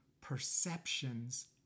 perceptions